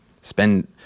Spend